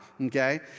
okay